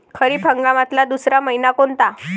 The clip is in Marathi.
खरीप हंगामातला दुसरा मइना कोनता?